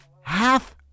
half-